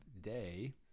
day